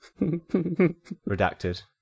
Redacted